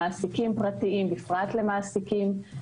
למעסיקים פרטיים בפרט למעסיקים,